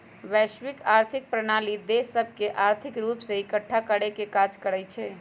वैश्विक आर्थिक प्रणाली देश सभके आर्थिक रूप से एकठ्ठा करेके काज करइ छै